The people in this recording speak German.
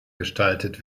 gestaltet